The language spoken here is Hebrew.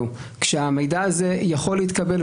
כשהמידע הזה יכול להתקבל,